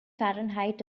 fahrenheit